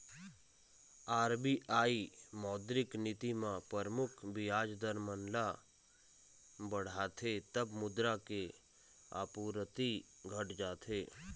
RBI मौद्रिक नीति म परमुख बियाज दर मन ल बढ़ाथे तब मुद्रा के आपूरति घट जाथे